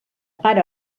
pare